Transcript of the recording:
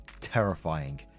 terrifying